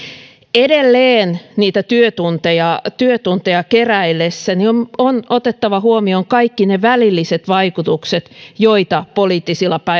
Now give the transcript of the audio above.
edelleen niitä työtunteja työtunteja keräillessä on on otettava huomioon kaikki ne välilliset vaikutukset joita poliittisilla